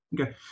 Okay